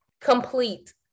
complete